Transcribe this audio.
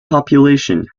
population